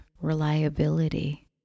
reliability